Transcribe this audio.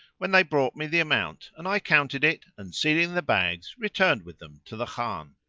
when they brought me the amount, and i counted it and, sealing the bags, returned with them to the khan.